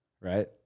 right